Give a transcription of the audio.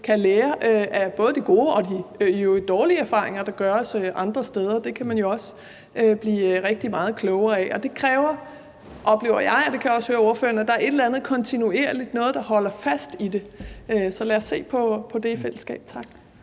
kan lære af både de gode og de i øvrigt også dårlige erfaringer, der gøres andre steder. Det kan man jo også blive rigtig meget klogere af. Det kræver, oplever jeg, og det kan jeg også høre at ordføreren gør, at der er et eller andet kontinuerligt, noget, der holder fast i det. Så lad os se på det i fællesskab. Tak.